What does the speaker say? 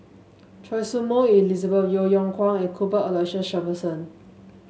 Choy Su Moi Elizabeth Yeo Yeow Kwang and Cuthbert Aloysiu Shepherdson